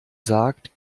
sagt